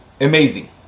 amazing